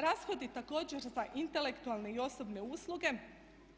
Rashodi također za intelektualne i osobne usluge